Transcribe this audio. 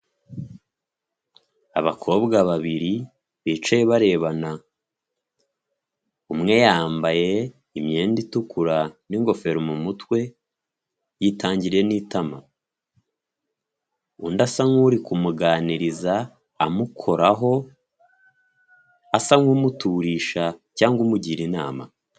Abakobwa babiri bicaye barebana, umwe yambaye imyenda itukura n'ingofero mu mutwe yitangiriye n'itama, undi asa nkuri kumuganiriza amukoraho asa nk'umuturisha cyangwa umugira inama.